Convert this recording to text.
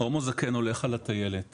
"..הומו זקן הולך על הטיילת